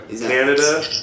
Canada